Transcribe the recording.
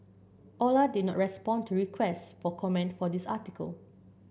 Ola did not respond to request for commented for this article